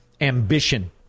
ambition